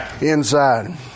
inside